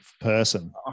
person